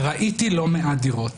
וראיתי לא מעט דירות